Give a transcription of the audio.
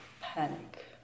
panic